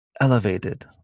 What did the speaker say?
elevated